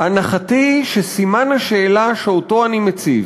"הנחתי היא שסימן השאלה שאני מציב,